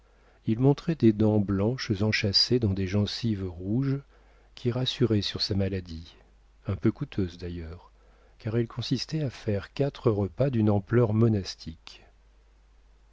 il montrait des dents blanches enchâssées dans des gencives rouges qui rassuraient sur sa maladie un peu coûteuse d'ailleurs car elle consistait à faire quatre repas d'une ampleur monastique